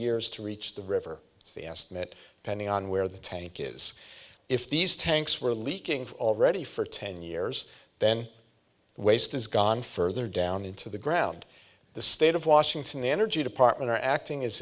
years to reach the river it's the estimate pending on where the tank is if these tanks were leaking already for ten years then the waste is gone further down into the ground the state of washington the energy department are acting